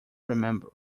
remember